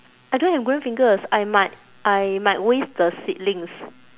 I don't have green fingers I might I might waste the seedlings